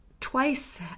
twice